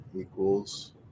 equals